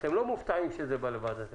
אתם לא מופתעים שזה בא לוועדת הכלכלה.